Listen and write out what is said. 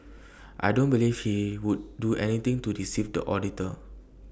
I don't believe he would do anything to deceive the auditor